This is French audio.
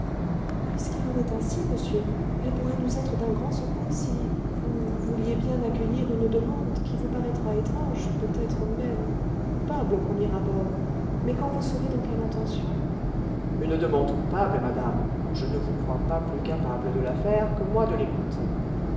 puisqu'il en est ainsi monsieur elle pourrait nous être d'un grand secours si vous vouliez bien accueillir une demande qui vous paraîtra étrange peut-être même coupable au premier abord mais quand vous saurez dans quelle intention une demande coupable madame je ne vous crois pas plus capable de la faire que moi de l'écouter